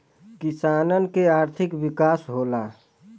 किसानन के आर्थिक विकास होला